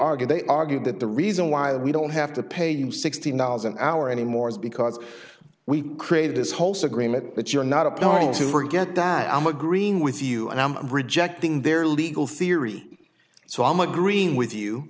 argued they argued that the reason why we don't have to pay them sixteen dollars an hour anymore is because we created this whole so agreement that you're not a party to forget that i'm agreeing with you and i'm rejecting their legal theory so i'm agreeing with you